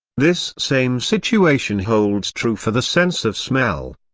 this same situation holds true for the sense of smell.